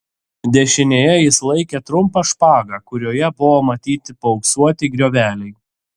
dešinėje jis laikė trumpą špagą kurioje buvo matyti paauksuoti grioveliai